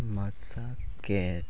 ᱢᱮᱥᱟ ᱠᱮᱫ